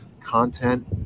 content